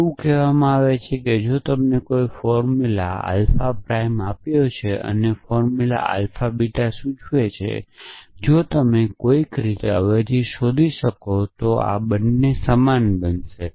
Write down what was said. એવું કહેવામાં આવે છે કે જો તમે કોઈ ફોર્મુલા આલ્ફા પ્રાઇમ આપ્યો છે અને ફોર્મુલા આલ્ફાએ બીટા સૂચવે છે જો તમે કોઈક રીતે અવેજી શોધી શકો છો જે આ બંનેને સમાન બનાવશે